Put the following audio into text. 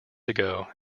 ago